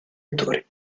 attori